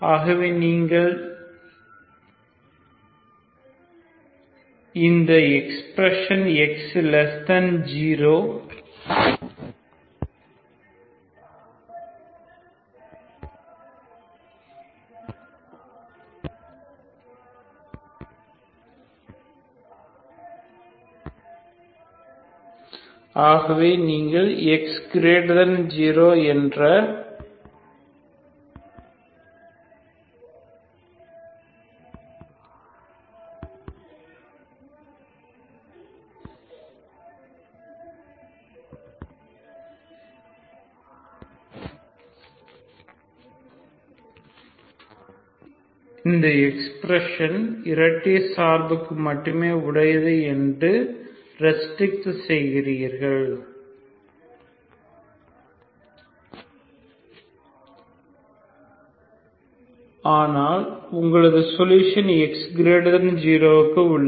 ஆகவே நீங்கள் x0 என்ற இந்த எக்ஸ்பிரஷன் இரட்டை சார்புக்கு மட்டுமே உடையது என்று ரெஸ்டிக்ட் செய்கிறீர்கள் ஆனால் உங்களது சொல்யூஷன் x0 க்கு உள்ளது